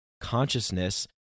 consciousness